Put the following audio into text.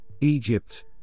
Egypt